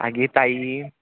आगे ताई